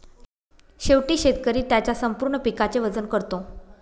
शेवटी शेतकरी त्याच्या संपूर्ण पिकाचे वजन करतो